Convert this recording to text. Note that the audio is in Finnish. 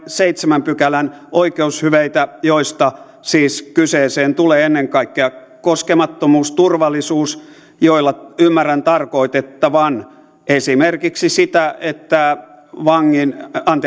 seitsemännen pykälän oikeushyveitä joista siis kyseeseen tulee ennen kaikkea koskemattomuus turvallisuus joilla ymmärrän tarkoitettavan esimerkiksi sitä että